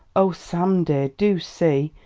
oh, sam, dear, do see,